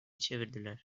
çevirdiler